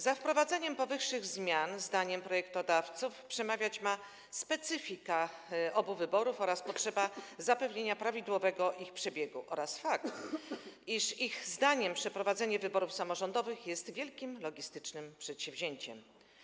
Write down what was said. Za wprowadzeniem powyższych zmian zdaniem projektodawców przemawiać ma specyfika obu typów wyborów, potrzeba zapewnienia ich prawidłowego przebiegu oraz fakt, iż przeprowadzenie wyborów samorządowych jest wielkim logistycznym przedsięwzięciem.